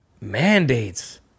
mandates